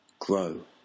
grow